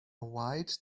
white